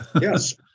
yes